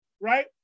right